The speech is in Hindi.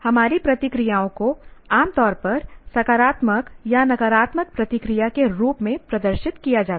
हमारी प्रतिक्रियाओं को आमतौर पर सकारात्मक या नकारात्मक प्रतिक्रिया के रूप में प्रदर्शित किया जाता है